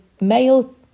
male